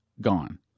gone